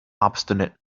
obstinate